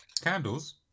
Candles